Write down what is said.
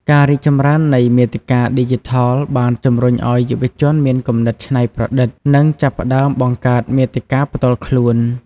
ការរីកចម្រើននៃមាតិកាឌីជីថលបានជំរុញឱ្យយុវជនមានគំនិតច្នៃប្រឌិត និងចាប់ផ្តើមបង្កើតមាតិកាផ្ទាល់ខ្លួន។